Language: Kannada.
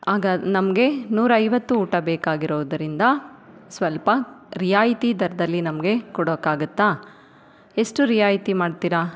ಆಗ ನಮಗೆ ನೂರೈವತ್ತು ಊಟ ಬೇಕಾಗಿರೋದರಿಂದ ಸ್ವಲ್ಪ ರಿಯಾಯಿತಿ ದರದಲ್ಲಿ ನಮಗೆ ಕೊಡೋಕ್ಕಾಗುತ್ತಾ ಎಷ್ಟು ರಿಯಾಯಿತಿ ಮಾಡ್ತೀರಾ